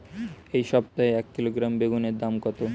এই সপ্তাহে এক কিলোগ্রাম বেগুন এর দাম কত?